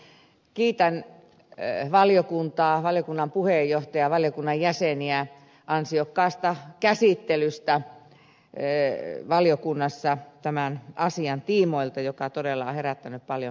kiitän valiokuntaa valiokunnan puheenjohtajaa ja valiokunnan jäseniä ansiokkaasta käsittelystä valiokunnassa tämän asian tiimoilta joka todella on herättänyt paljon mielenkiintoa